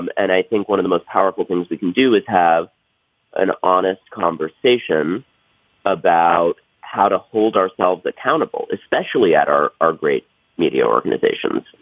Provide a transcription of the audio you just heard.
and and i think one of the most powerful things we can do is have an honest conversation about how to hold ourselves accountable especially at our our great media organizations.